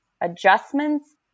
adjustments